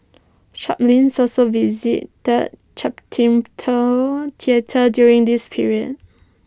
Chaplin also visited theatre during this period